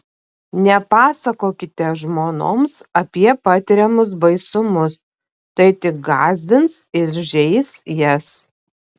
nepasakokite žmonoms apie patiriamus baisumus tai tik gąsdins ir žeis jas